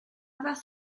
fath